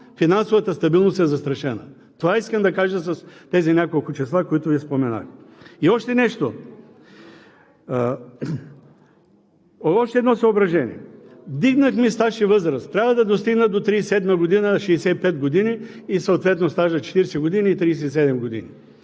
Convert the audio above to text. финансовата стабилност е застрашена. Това искам да кажа с тези няколко числа, които Ви споменах. И още нещо, още едно съображение. Вдигнахме стаж и възраст. Трябва да достигнат до 2037 г. 65 години и съответно стажът 40 години и 37 години.